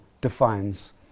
defines